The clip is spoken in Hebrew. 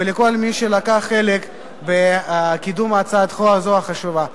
ולכל מי שלקח חלק בקידום הצעת החוק החשובה הזאת.